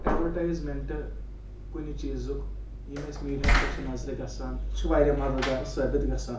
ایٚڈواٹایِزمٮ۪نٹہٕ کُنہِ چیٖزُک یِم اَسہِ میٖڈیاہَس پٮ۪ٹھ چھِ نظرِ گَژھان چھِ واریاہ مدد گار ثٲبِت گَژھان